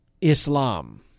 Islam